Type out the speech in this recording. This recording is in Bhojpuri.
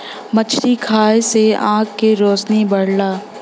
मछरी खाये से आँख के रोशनी बढ़ला